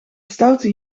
stoute